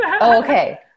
Okay